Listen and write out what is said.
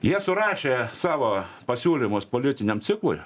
jie surašė savo pasiūlymus politiniam ciklui